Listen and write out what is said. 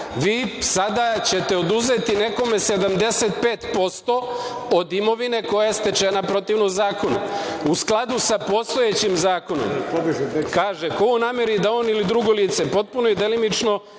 sada ćete oduzeti nekome 75% od imovine koja je stečena protivno zakonu. U skladu sa postojećim zakonom kaže - ko u nameri da on ili drugo lice, potpuno i delimično